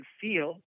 feel